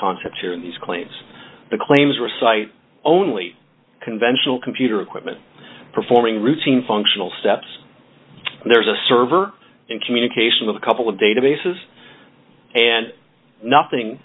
concept here in these claims the claims recite only conventional computer equipment performing routine functional steps and there's a server in communication with a couple of databases and nothing